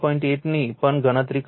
8 ની પણ ગણતરી કરી છે